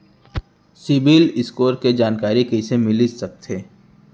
CIBIL score के जानकारी कइसे मिलिस सकथे?